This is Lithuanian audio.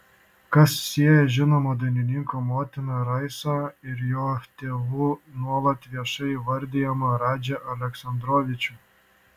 kas sieja žinomo dainininko motiną raisą ir jo tėvu nuolat viešai įvardijamą radžį aleksandrovičių